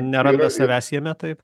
neranda savęs jame taip